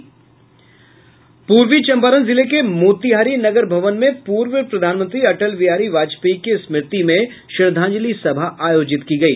पूर्वी चम्पारण जिले के मोतिहारी नगर भवन में पूर्व प्रधानमंत्री अटल बिहारी वाजपेयी की स्मृति में श्रदांजलि सभा आयोजित की गई